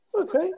Okay